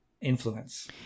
influence